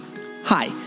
Hi